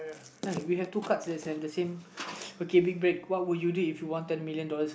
we have two cards the same okay big break what would you do if you won ten million dollars